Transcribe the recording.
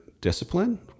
discipline